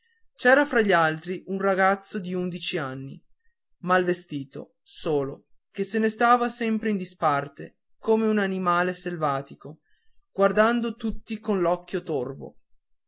c'era fra gli altri un ragazzo di undici anni mal vestito solo che se ne stava sempre in disparte come un animale selvatico guardando tutti con l'occhio torvo